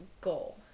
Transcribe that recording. goal